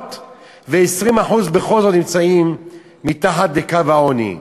שעובדות ו-20% בכל זאת נמצאות מתחת לקו העוני.